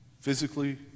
Physically